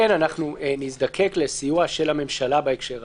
נזדקק לסיוע הממשלה בהקשר הזה,